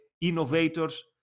innovators